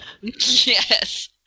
Yes